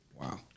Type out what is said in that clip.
Wow